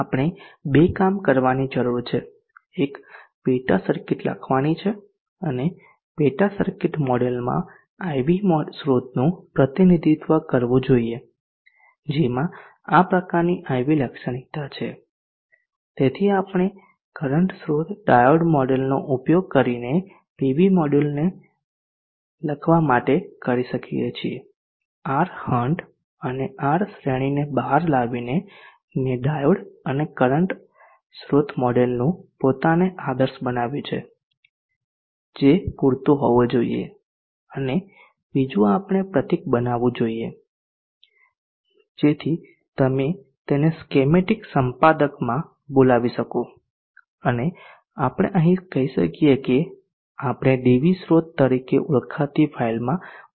આપણે બે કામ કરવાની જરૂર છે એક પેટા સર્કિટ લખવાની છે અને પેટા સર્કિટ મોડેલમાં PV સ્રોતનું પ્રતિનિધિત્વ કરવું જોઈએ જેમાં આ પ્રકારની IV લાક્ષણિકતા છે તેથી આપણે કરંટ સ્ત્રોત ડાયોડ મોડેલનો ઉપયોગ કરી પેટામોડેલને લખવા માટે કરી શકીએ છીએ R હન્ટ અને R શ્રેણીને બહાર લાવીને ને મેં ડાયોડ અને કરંટ સ્રોત મોડેલનું પોતાને આદર્શ બનાવ્યું છે કે જે પૂરતું હોવું જોઈએ અને બીજું આપણે પ્રતીક બનાવવું જોઈએ જેથી તમે તેને સ્કેમેટિક સંપાદકમાં બોલાવી શકો અને આપણે કહી શકીએ કે આપણે DV સ્રોત તરીકે ઓળખાતી ફાઇલમાં પ્રતીક લખીશું